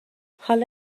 حالا